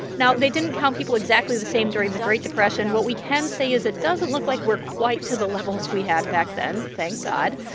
now, they didn't count people exactly the same during the great depression. what we can say is it doesn't look like we're quite to the levels we had back then. thank god.